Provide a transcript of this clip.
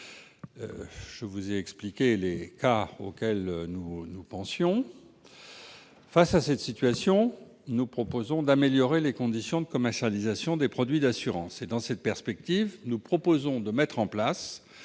Je vous ai expliqué les cas que nous visions. Face à cette situation, il est urgent d'améliorer les conditions de commercialisation des produits d'assurance. C'est dans cette perspective que nous proposons de mettre en place